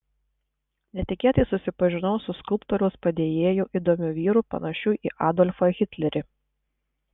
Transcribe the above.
netikėtai susipažinau su skulptoriaus padėjėju įdomiu vyru panašiu į adolfą hitlerį